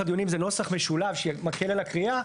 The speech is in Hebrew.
הדיונים זה נוסח משולב שמקל על הקריאה.